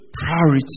priority